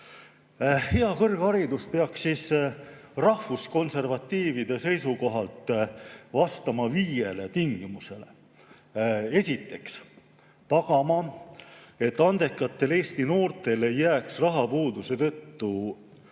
Hea kõrgharidus peaks rahvuskonservatiivide seisukohalt vastama viiele tingimusele. Esiteks peaks tagama, et andekatel Eesti noortel ei jääks rahapuuduse tõttu